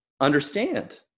understand